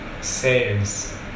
sales